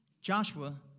Joshua